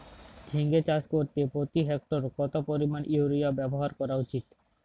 ঝিঙে চাষ করতে প্রতি হেক্টরে কত পরিমান ইউরিয়া ব্যবহার করা উচিৎ?